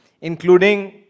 including